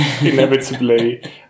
inevitably